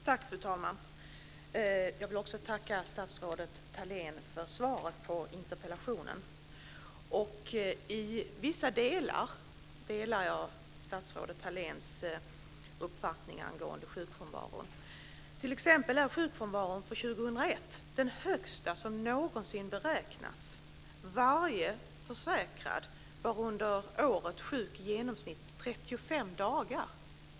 Fru talman! Jag vill tacka statsrådet Thalén för svaret på interpellationen. Jag delar statsrådet Thaléns uppfattning i vissa delar angående sjukfrånvaron. Sjukfrånvaron är t.ex. för 2001 den högsta som någonsin beräknats. Varje försäkrad var under året sjuk i genomsnitt 35 dagar.